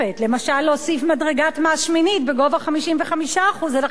למשל להוסיף מדרגת מס שמינית בגובה 55% על הכנסות